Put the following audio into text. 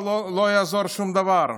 אבל לא יעזור שום דבר.